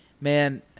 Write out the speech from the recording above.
man